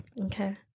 Okay